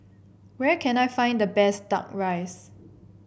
where can I find the best duck rice